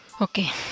okay